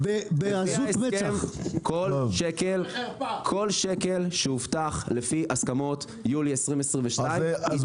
לפי ההסכם כל שקל שהובטח לפי הסכמות יולי 2022 ייצא.